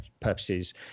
purposes